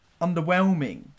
underwhelming